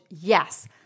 yes